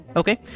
okay